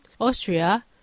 Austria